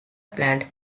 plant